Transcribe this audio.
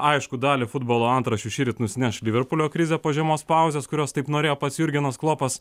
aišku dalį futbolo antraščių šįryt nusineš liverpulio krizė po žiemos pauzės kurios taip norėjo pats jurgenas klopas